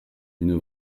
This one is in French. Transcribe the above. une